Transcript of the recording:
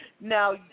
Now